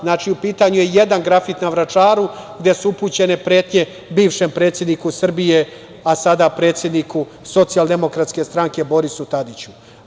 Znači, u pitanju je jedan grafit na Vračaru gde su upućene pretnje bivšem predsedniku Srbije, a sada predsedniku Socijaldemokratske stranke Borisu Tadiću.